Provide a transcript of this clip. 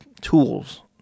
tools